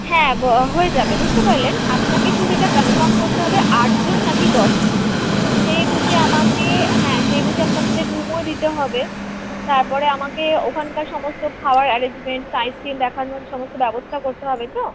হ্যাঁ ব হয়ে যাবে বুঝতে পারলেন আপনাকে শুধু এটা কনফার্ম করতে হবে আট জন না কি দশ জন সেই বুঝে আমাকে হ্যাঁ সেই বুঝে আপনাদের রুমও দিতে হবে তারপরে আমাকে ওখানকার সমস্ত খাবার অ্যারেঞ্জমেন্ট সাইট সিন দেখানোর সমস্ত ব্যবস্থা করতে হবে তো